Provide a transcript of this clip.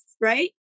right